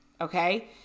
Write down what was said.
Okay